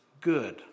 good